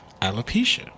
alopecia